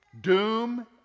Doom